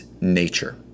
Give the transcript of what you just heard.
nature